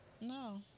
No